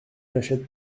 n’achète